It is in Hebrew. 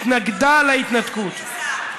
התנגדה להתנתקות.